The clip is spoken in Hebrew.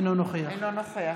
אינו נוכח